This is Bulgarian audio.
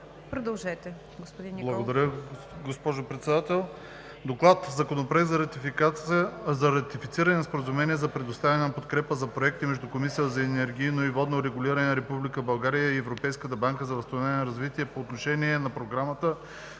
Продължете, господин Николов.